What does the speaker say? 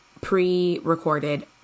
pre-recorded